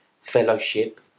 fellowship